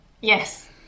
Yes